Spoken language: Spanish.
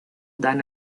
dan